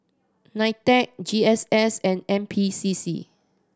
NITEC G S S and N P C C